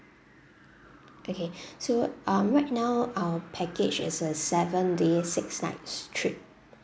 okay so um right now our package is a seven days six nights trip